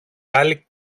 άλλη